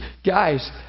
Guys